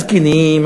הזקנים,